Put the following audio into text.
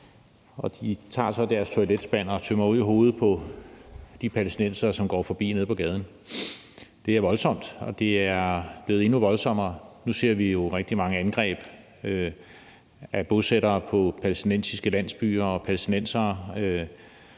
tager deres toiletspand og tømmer den ud i hovedet på de palæstinensere, som går forbi nede på gaden. Det er voldsomt, og det er blevet endnu voldsommere. Nu ser vi jo rigtig mange angreb af bosættere på palæstinensiske landsbyer og palæstinensere,